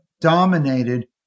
dominated